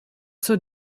zur